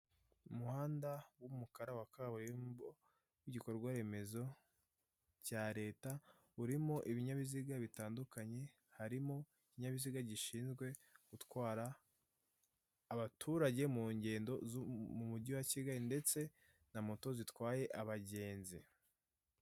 Umuhanda w'umukara wa kaburimbo, igikorwa remezo cya leta, urimo ibinyabiziga bitandukanye, harimo ikinyabiziga gishinzwe gutwara abaturage mu ngendo zo mu mujyi wa Kigali ndetse na moto zitwaye abagenzi.